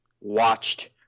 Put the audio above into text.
watched